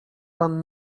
pan